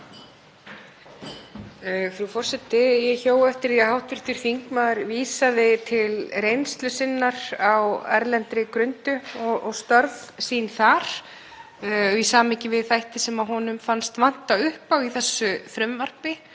Frú forseti. Ég hjó eftir því að hv. þingmaður vísaði til reynslu sinnar á erlendri grundu og störf sín þar í samhengi við þætti sem honum fannst vanta upp á í þessu frumvarpi.